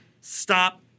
stop